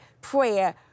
prayer